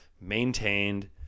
maintained